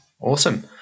Awesome